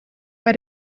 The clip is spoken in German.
bei